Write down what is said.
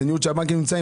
זה ניוד שהבנקים נמצאים.